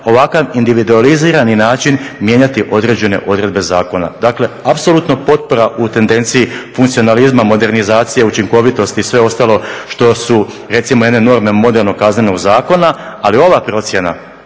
ovakav individualizirani način mijenjati određene odredbe zakona. Dakle, apsolutno potpora u tendenciji funkcionalizma, modernizacije, učinkovitosti i sve ostalo što su recimo jedne norme modernog kaznenog zakona, ali ova procjena